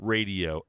Radio